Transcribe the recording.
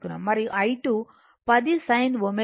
మరియు i2 10 sin ω t 60 o